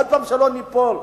עוד פעם שלא ניפול,